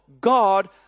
God